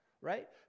Right